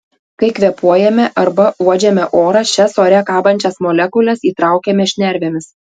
kai kvėpuojame arba uodžiame orą šias ore kabančias molekules įtraukiame šnervėmis